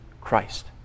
Christ